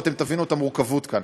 ואתם תבינו את המורכבות כאן.